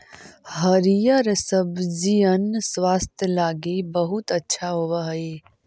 हरिअर सब्जिअन स्वास्थ्य लागी बहुत अच्छा होब हई